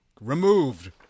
removed